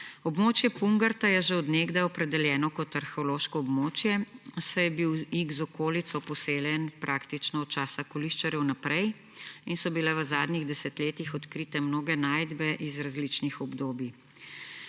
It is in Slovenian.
Območje Pungarta je že od nekdaj opredeljeno kot arheološko območje, saj je bil Ig z okolico poseljen praktično od časa koliščarjev naprej in so bile v zadnjih desetletjih odkrite mnoge najdbe iz različnih obdobij.